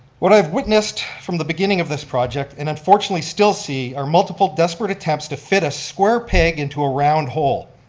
what i've witnessed from the beginning of this project and unfortunately still see are multiple desperate attempts to fit a square peg into a round hole.